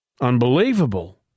Unbelievable